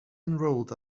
enrolled